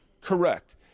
Correct